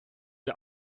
wir